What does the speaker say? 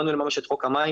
באנו לממש את חוק המים,